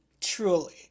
truly